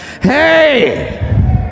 Hey